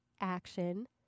action